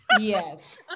yes